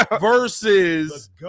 versus